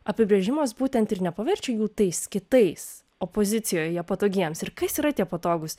apibrėžimas būtent ir nepaverčia jų tais kitais opozicijoje patogiems ir kas yra tie patogūs